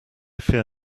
fear